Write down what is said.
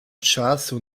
czasu